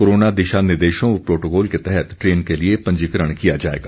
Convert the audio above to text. corona दिशा निर्देशों व प्रोटोकॉल को तहत ट्रेन के लिए पंजीकरण किया जाएगा